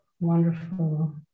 wonderful